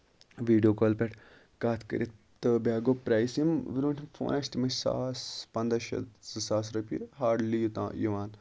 video کالہِ پٮ۪ٹھ کَتھ کٔرِتھ تہٕ بیاکھ گوٚو پریسِنگ یِم برونٹھِم فونن ٲسۍ تِم ٲسۍ ساس پَنداہ شیٚتھ زٕ ساس رۄپیہِ ہاڈلی یوٚت یِوان